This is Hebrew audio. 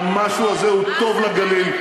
והמשהו הזה הוא טוב לגליל,